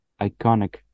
iconic